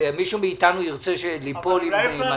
מישהו מאתנו ירצה ליפול עם הדוחות?